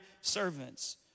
servants